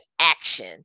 action